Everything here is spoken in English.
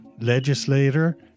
legislator